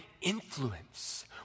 influence